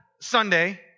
Sunday